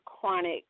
chronic